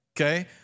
okay